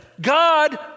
God